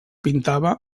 pintava